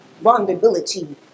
vulnerability